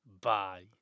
bye